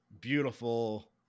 beautiful